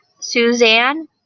Suzanne